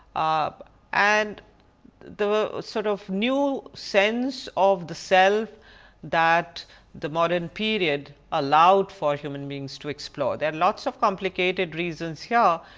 ah and the sort of new sense of the self that the modern period allowed for human beings to explore. there are lots of complicated reasons here,